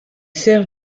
servent